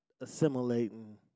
assimilating